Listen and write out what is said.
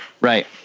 Right